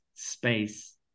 space